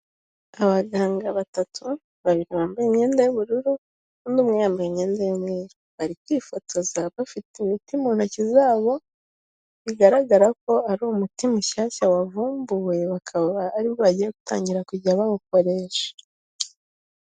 Abaganga batatu, babiri bambaye imyenda y'ubururu n'umwe yambaye imyenda y'umweru, bari kwifotoza bafite imiti mu ntoki zabo bigaragara ko ari umutima mushyashya wavumbuwe bakaba aribwo bagiye gutangira kujya bawukoresha.